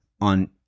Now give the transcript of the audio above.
on